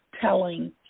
telling